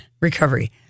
recovery